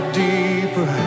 deeper